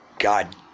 God